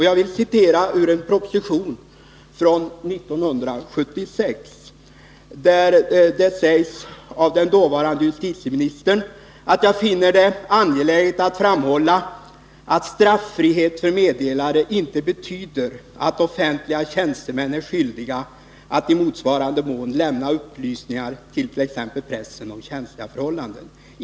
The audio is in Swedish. Jag vill citera ur en proposition från 1976, där den dåvarande justitieministern säger: ”Jag finner det vidare angeläget att framhålla att straffrihet för meddelare inte betyder att offentliga tjänstemän är skyldiga att i motsvarande mål lämna upplysningar till t.ex. pressen om känsliga förhållanden.